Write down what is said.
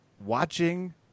Watching